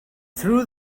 threw